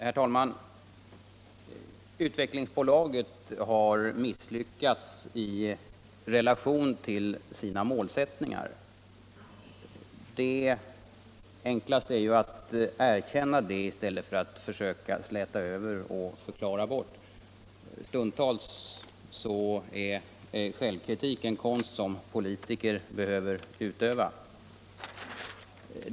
Herr talman! Utvecklingsbolaget har misslyckats i relation till sina målsättningar. Det enklaste är väl att erkänna detta i stället för att försöka släta över och förklara bort det. Stundtals är självkritik en konst som politiker behöver utöva.